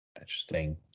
Interesting